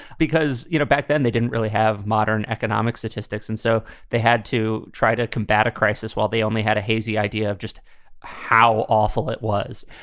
because, you know, back then they didn't really have modern economic statistics. and so they had to try to combat a crisis while they only had a hazy idea of just how awful it was.